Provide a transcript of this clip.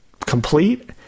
complete